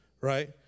right